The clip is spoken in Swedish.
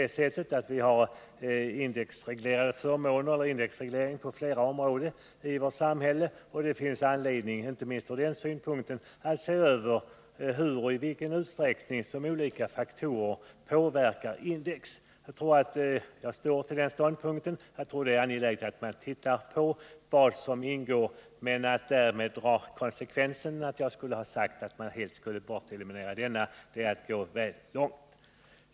Vi har indexreglering på flera områden i vårt samhälle, och det finns anledning att se över i vilken utsträckning olika faktorer påverkar index. Jag står fast vid den uppfattningen, men att därav dra slutsatsen att jag skulle vilja ha bort indexregleringen av skatterna är att gå för långt.